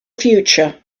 future